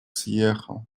съехал